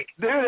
Dude